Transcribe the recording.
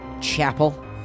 chapel